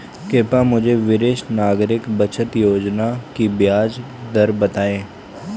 कृपया मुझे वरिष्ठ नागरिक बचत योजना की ब्याज दर बताएं